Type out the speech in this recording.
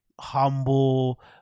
humble